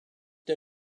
der